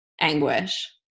anguish